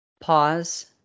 pause